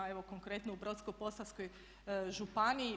Evo konkretno u Brodsko-posavskoj županiji.